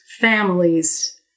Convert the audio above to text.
families